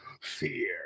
Fear